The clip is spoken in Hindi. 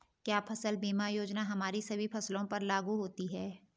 क्या फसल बीमा योजना हमारी सभी फसलों पर लागू होती हैं?